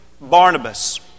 Barnabas